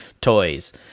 toys